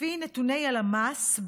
לפי נתוני הלמ"ס,